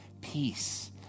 peace